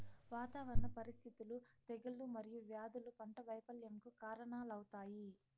వాతావరణ పరిస్థితులు, తెగుళ్ళు మరియు వ్యాధులు పంట వైపల్యంకు కారణాలవుతాయి